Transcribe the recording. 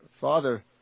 Father